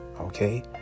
Okay